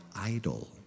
idol